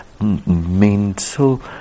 mental